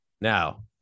Now